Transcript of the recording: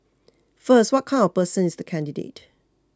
first what kind of person is the candidate